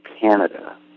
Canada